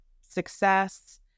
Success